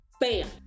bam